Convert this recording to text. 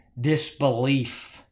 disbelief